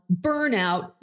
burnout